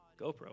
GoPro